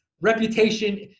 reputation